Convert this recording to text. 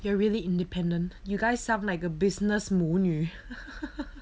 you're really independent you guys sound like a 母女